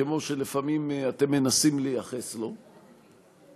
כמו שלפעמים אתם מנסים לייחס לו,